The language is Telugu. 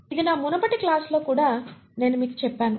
ఇది నా మునుపటి క్లాస్ లో కూడా నేను మీకు చెప్పాను